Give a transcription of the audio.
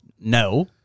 No